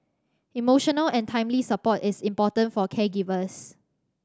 emotional and timely support is important for caregivers